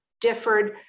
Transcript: differed